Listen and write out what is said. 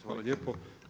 Hvala lijepo.